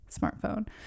smartphone